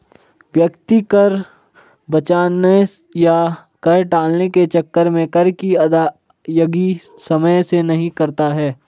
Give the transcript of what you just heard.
व्यक्ति कर बचाने या कर टालने के चक्कर में कर की अदायगी समय से नहीं करता है